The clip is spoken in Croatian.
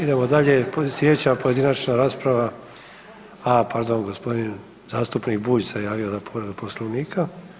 Idemo dalje, slijedeća pojedinačna rasprava, a pardon g. zastupnik Bulj se javio za povredu Poslovnika.